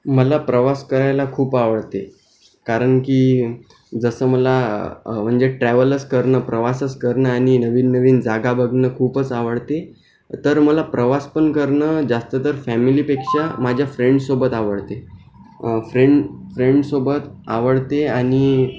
मला प्रवास करायला खूप आवडते कारण की जसं मला म्हणजे ट्रॅव्हलच करणं प्रवासच करणं आणि नवीन नवीन जागा बघणं खूपच आवडते तर मला प्रवास पण करणं जास्त तर फॅमिलीपेक्षा माझ्या फ्रेंडसोबत आवडते फ्रेंड फ्रेंडसोबत आवडते आणि